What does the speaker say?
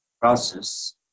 process